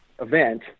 event